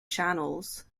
channels